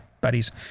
buddies